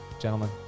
gentlemen